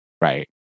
Right